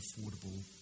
affordable